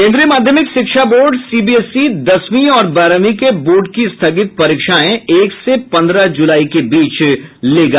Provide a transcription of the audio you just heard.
केन्द्रीय माध्यमिक शिक्षा बोर्ड सीबीएसई दसवीं और बारहवीं के बोर्ड की स्थगित परीक्षाएं एक से पंद्रह जुलाई के बीच लेगा